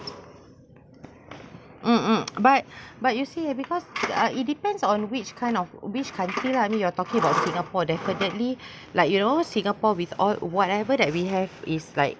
mm mm but but you see because uh it depends on which kind of which country lah I mean you are talking about singapore definitely like you know singapore with all whatever that we have is like